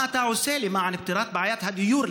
מה אתה עושה למען פתרון בעיית הדיור,